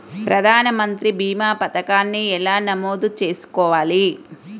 ప్రధాన మంత్రి భీమా పతకాన్ని ఎలా నమోదు చేసుకోవాలి?